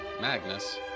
Magnus